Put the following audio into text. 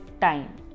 time